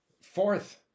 fourth